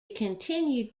continued